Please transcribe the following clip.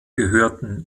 gehörten